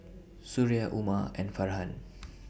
Suria Umar and Farhan